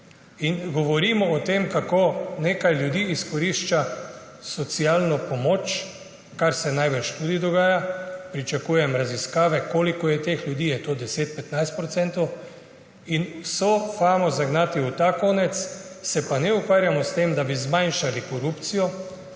In govorimo o tem, kako nekaj ljudi izkorišča socialno pomoč, kar se najbrž tudi dogaja, pričakujem raziskave, koliko je teh ljudi, je to 10, 15 %, in vso famo zagnati v ta konec, se pa ne ukvarjamo s tem, da bi zmanjšali korupcijo,